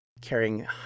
carrying